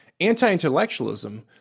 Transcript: Anti-intellectualism